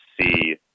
see